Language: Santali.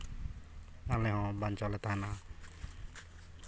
ᱟᱞᱮ ᱦᱚᱸ ᱵᱟᱧᱪᱟᱣ ᱞᱮ ᱛᱟᱦᱮᱱᱟ